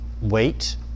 wait